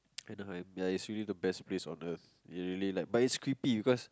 Anaheim is really the best place on earth really like but is creepy because